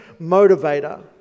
motivator